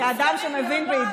חבר הכנסת מיקי זוהר,